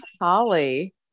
holly